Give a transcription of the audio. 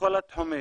בכל התחומים,